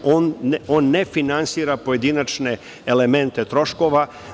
On ne finansira pojedinačne elemente troškova.